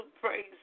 Praise